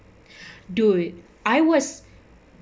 dude I was